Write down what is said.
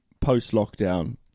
post-lockdown